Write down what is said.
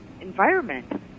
environment